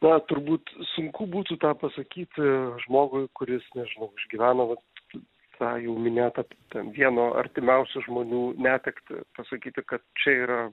na turbūt sunku būtų tą pasakyti žmogui kuris nežinau išgyvena vat tą jau minėtą ten vieno artimiausių žmonių netektį pasakyti kad čia yra